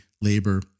labor